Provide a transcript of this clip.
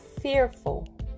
fearful